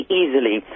easily